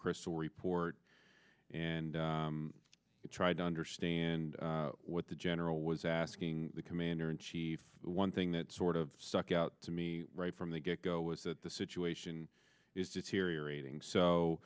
mcchrystal report and tried to understand what the general was asking the commander in chief one thing that sort of stuck out to me right from the get go was that the situation is deteriorating so